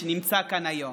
שנמצא כאן היום.